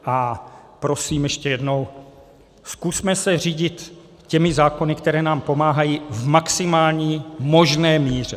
A prosím ještě jednou, zkusme se řídit těmi zákony, které nám pomáhají, v maximální možné míře.